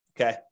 Okay